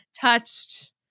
touched